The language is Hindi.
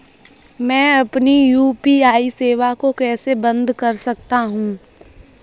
मैं अपनी यू.पी.आई सेवा को कैसे बंद कर सकता हूँ?